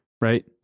right